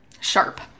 Sharp